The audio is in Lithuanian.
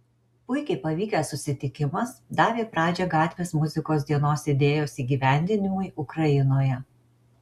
puikiai pavykęs susitikimas davė pradžią gatvės muzikos dienos idėjos įgyvendinimui ukrainoje